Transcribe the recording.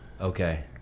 Okay